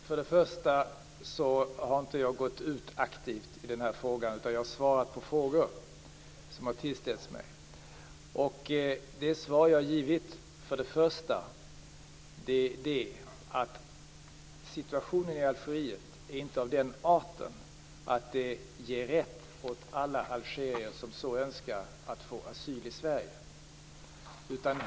Herr talman! Jag har inte gått ut aktivt i denna fråga. Jag har svarat på frågor som har tillställts mig. Det svar jag har givit är att situationen i Algeriet inte är av den arten att det ger alla algerier som så önskar rätt att få asyl i Sverige.